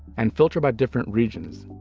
and filter by different regions.